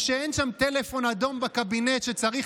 או שאין שם טלפון אדום בקבינט שצריך